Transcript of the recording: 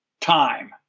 time